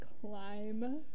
climb